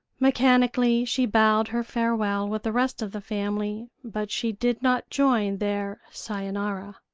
mechanically she bowed her farewell with the rest of the family, but she did not join their sayonara.